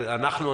אנחנו,